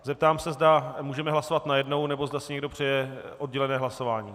Zeptám se, zda můžeme hlasovat najednou, nebo zda si někdo přeje oddělené hlasování.